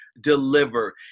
deliver